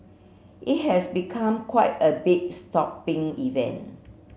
it has become quite a big shopping event